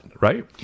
right